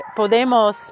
podemos